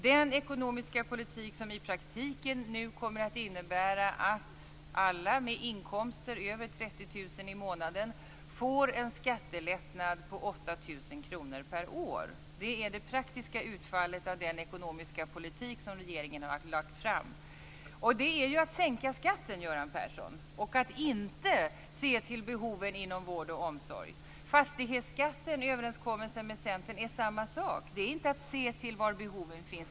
Den ekonomiska politiken kommer nu i praktiken att innebära att alla med inkomster över 30 000 kr i månaden får en skattelättnad på 8 000 kr per år. Det är det praktiska utfallet av den ekonomiska politik som regeringen har lagt fram. Det är att sänka skatten, Göran Persson, och att inte se till behoven inom vård och omsorg. Det är samma sak med fastighetsskatten i överenskommelsen med Centern. Det är inte att se till var behoven finns.